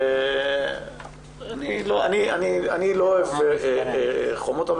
אני לא אוהב חומות.